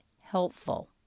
helpful